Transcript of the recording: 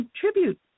contribute